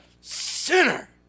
sinner